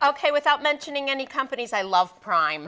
ok without mentioning any companies i love prime